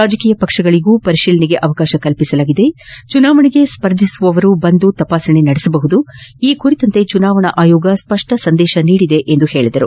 ರಾಜಕೀಯ ಪಕ್ಷಗಳಿಗೂ ಪರಿಶೀಲನೆಗೆ ಅವಕಾಶ ನೀಡಲಾಗಿದೆ ಚುನಾವಣೆಗೆ ಸ್ಪರ್ಧಿಸುವವರು ಬಂದು ತಪಾಸಣೆ ನಡೆಸಬಹುದು ಈ ಕುರಿತಂತೆ ಚುನಾವಣಾ ಆಯೋಗ ಸ್ಪಷ್ಟ ಸಂದೇಶ ನೀಡಿದೆ ಎಂದು ತಿಳಿಸಿದರು